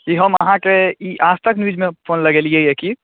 ई हम अहाँके ई हम आजतक न्यूजमे फोन लगेलियैए की